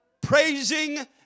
praising